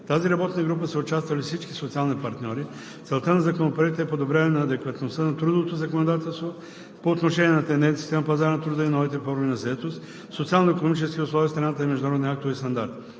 тази работна група са участвали всички социални партньори. Целта на Законопроекта е подобряване на адекватността на трудовото законодателство по отношение на тенденциите на пазара на труда и новите форми на заетост, социално-икономическите условия в страната и международни актове и стандарти.